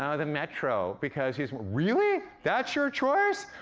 ah the metro because he's really? that's your choice?